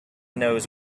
knows